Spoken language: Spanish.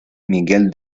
miguel